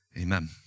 Amen